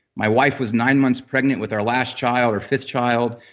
my wife was nine months pregnant with our last child or fifth child.